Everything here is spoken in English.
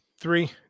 three